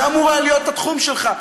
זה אמור היה להיות התחום שלך.